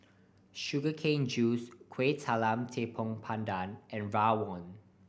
sugar cane juice Kueh Talam Tepong Pandan and rawon